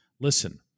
listen